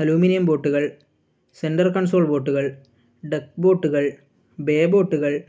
aluminium ബോട്ടുകൾ centre console ബോട്ടുകൾ deck ബോട്ടുകൾ ബേ ബോട്ടുകൾ